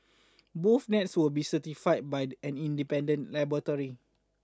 both nets will be certified by an independent laboratory